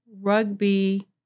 rugby